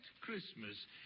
Christmas